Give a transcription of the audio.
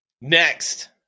Next